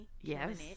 Yes